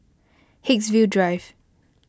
Haigsville Drive